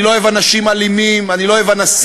אני לא אוהב אנשים אלימים, אני לא אוהב אנסים,